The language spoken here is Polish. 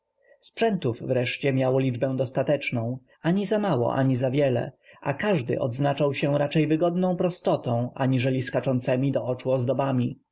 sprzętów wreszcie miało liczbę dostateczną ani za mało ani za wiele a każdy odznaczał się raczej wygodną prostotą aniżeli skaczącemi do oczu ozdobami